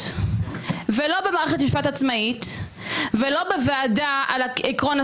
את כל השינויים בשיטת הבחירות שלנו ובאפשרות לחופש בחירות וטוהר מידות.